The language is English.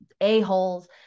a-holes